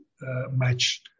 match